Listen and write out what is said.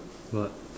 what